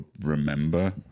remember